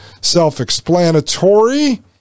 self-explanatory